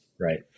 right